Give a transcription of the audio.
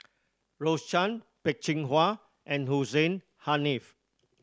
Rose Chan Peh Chin Hua and Hussein Haniff